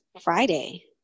Friday